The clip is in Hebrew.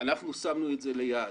שמנו את זה ליעד.